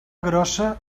grossa